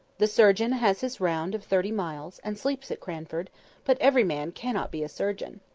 the surgeon has his round of thirty miles, and sleeps at cranford but every man cannot be a surgeon.